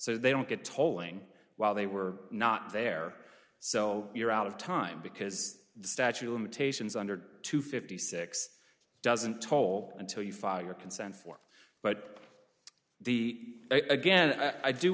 so they don't get tolling while they were not there so you're out of time because the statute of limitations under two fifty six doesn't toll until you file your consent form but again i